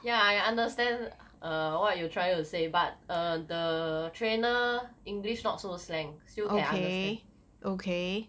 yeah I understand err what you trying to say but err the trainer english not so slang still can understand